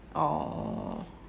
orh